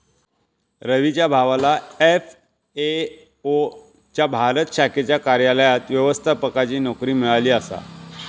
रवीच्या भावाला एफ.ए.ओ च्या भारत शाखेच्या कार्यालयात व्यवस्थापकाची नोकरी मिळाली आसा